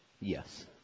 Yes